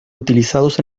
utilizados